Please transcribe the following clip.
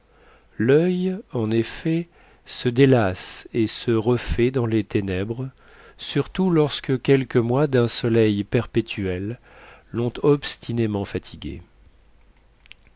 l'oeil en effet se délasse et se refait dans les ténèbres surtout lorsque quelques mois d'un soleil perpétuel l'ont obstinément fatigué